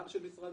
גם של משרד